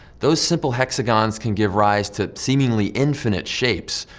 those simple hexagons can give rise to seemingly infinite shapes.